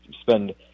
spend